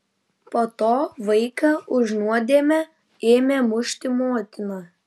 po to vaiką už nuodėmę ėmė mušti motina